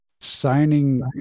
signing